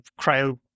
cryo